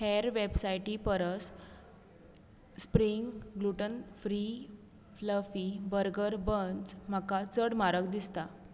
हेर वेबसायटीं परस spring gluten free fluffy burger buns म्हाका चड म्हारग दिसतात